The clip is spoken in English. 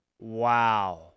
Wow